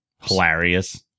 hilarious